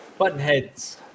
Buttonheads